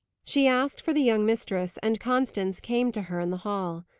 she asked for the young mistress, and constance came to her in the hall.